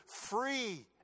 free